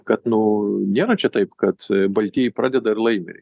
kad nu nėra čia taip kad baltieji pradeda ir laimi